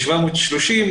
ל-730.